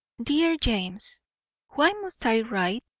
dear james why must i write?